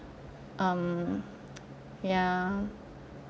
um ya